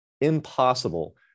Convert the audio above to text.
impossible